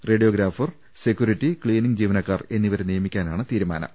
റേഡി യോഗ്രാഫർ security cleaning ജീവനക്കാർ എന്നിവരെ നിയമി ക്കാനാണ് തീരുമാനം